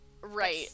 Right